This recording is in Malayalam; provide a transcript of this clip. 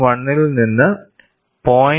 1 ൽ നിന്ന് 0